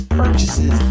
purchases